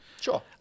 Sure